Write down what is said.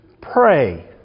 pray